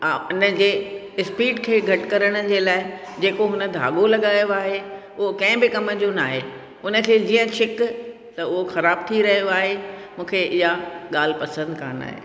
उन जे स्पीड खे घटि करण जे लाइ जेको हुन खे धागो लॻायो आहे उहो कंहिं बि कम जो न आहे उन खे जीअं छीक त उहो ख़राबु थी रहियो आहे मूंखे इहा ॻाल्हि पसंदि कोन आहे